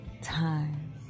time